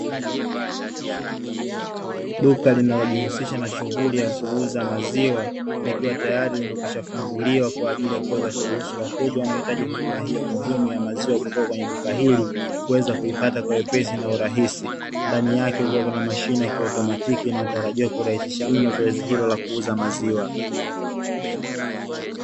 Duka linalojihusisha na shughuli ya kuuza maziwa, likiwa tayari limekwisha funguliwa kwa ajili ya kuweza kuruhusu wateja wanaohitaji huduma hiyo muhimu ya maziwa kutoka kwenye duka hili, kuweza kuipata kwa wepesi na urahisi. Ndani yake kukiwa na mashine ya kiautomatiki inayotarajia kurahisisha mno zoezi hilo la kuuza maziwa.